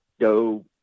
go